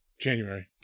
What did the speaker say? January